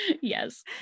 Yes